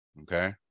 Okay